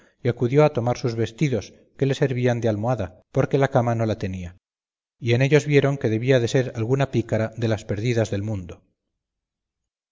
y acudió a tomar sus vestidos que le servían de almohada porque la cama no la tenía y en ellos vieron que debía de ser alguna pícara de las perdidas del mundo